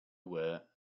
were